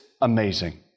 amazing